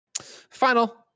final